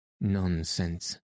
Nonsense